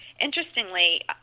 Interestingly